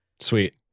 Sweet